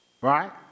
right